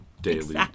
daily